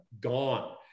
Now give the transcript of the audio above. gone